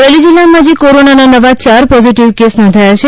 અમરેલી જીલ્લામાં આજે કોરોનાના નવા ચાર પોઝીટીવ કેસ નોંધાયા છે